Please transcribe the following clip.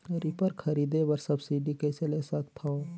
Reaper खरीदे बर subsidy कइसे ले सकथव?